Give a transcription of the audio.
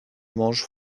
mange